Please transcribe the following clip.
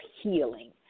healing